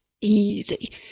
Easy